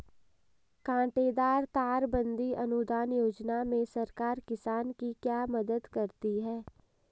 कांटेदार तार बंदी अनुदान योजना में सरकार किसान की क्या मदद करती है?